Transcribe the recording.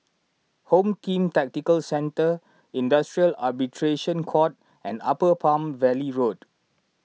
Home Team Tactical Centre Industrial Arbitration Court and Upper Palm Valley Road